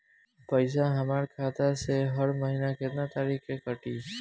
पैसा हमरा खाता से हर महीना केतना तारीक के कटी?